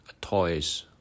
toys